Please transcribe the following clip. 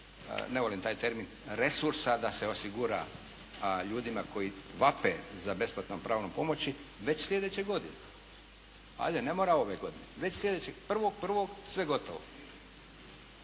ne volim taj termin, resursa da se osigura ljudima koji vape za besplatnom pravnom pomoći, već sljedeće godine. Ajde ne mora ove godine, već sljedeće, 1.1. sve gotovo.